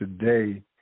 today